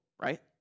right